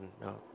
No